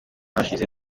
hashize